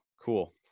Cool